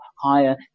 higher